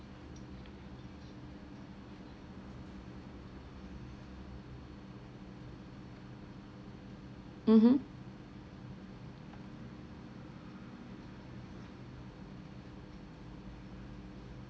mmhmm